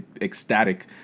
ecstatic